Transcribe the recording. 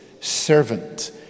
servant